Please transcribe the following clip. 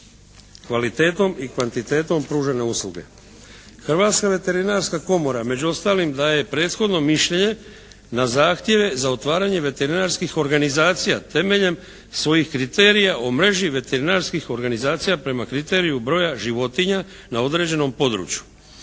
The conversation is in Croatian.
kvalitetom i kvantitetom pružane usluge. Hrvatska veterinarska komora među ostalim daje prethodno mišljenje na zahtjeve za otvaranje veterinarskih organizacija temeljem svojih kriterija o mreži veterinarskih organizacija prema kriteriju broja životinja na određenom području